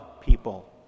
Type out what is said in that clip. people